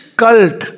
cult